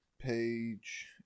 Page